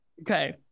Okay